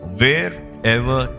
wherever